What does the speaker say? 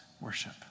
worship